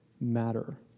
matter